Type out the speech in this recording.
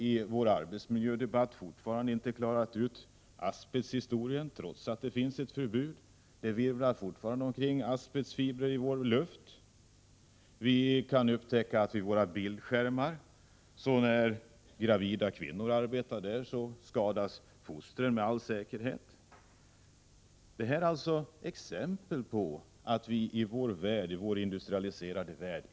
I vår arbetsmiljödebatt har vi ännu inte löst asbestfrågorna, trots att det finns ett förbud — asbestfibrer virvlar fortfarande omkring i vår luft. Man har kunnat konstatera att när gravida kvinnor arbetar vid bildskärmar skadas med all säkerhet fostren. Allt detta är exempel på att vi inte går säkra i vår industrialiserade värld.